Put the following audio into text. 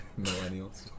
millennials